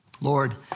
Lord